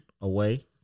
away